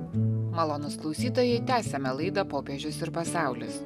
malonūs klausytojai tęsiame laidą popiežius ir pasaulis